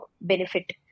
benefit